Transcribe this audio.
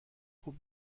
خوب